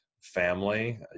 family